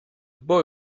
boy